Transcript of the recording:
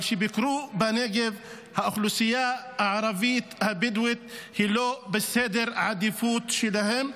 אבל כשביקרו בנגב האוכלוסייה הערבית הבדואית לא בסדר העדיפות שלהם,